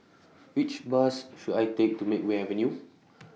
Which Bus should I Take to Makeway Avenue